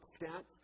extent